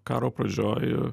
karo pradžioj